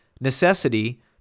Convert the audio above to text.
necessity